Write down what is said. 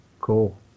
Cool